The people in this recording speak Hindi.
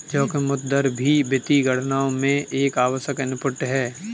जोखिम मुक्त दर भी वित्तीय गणनाओं में एक आवश्यक इनपुट है